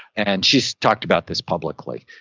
and she's talked about this publicly.